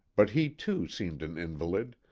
but he too seemed an invalid,